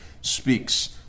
speaks